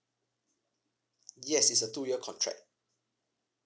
yes it's a two year contract